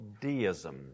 deism